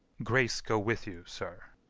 grace go with you, sir!